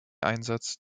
einsatz